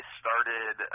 started